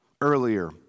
Earlier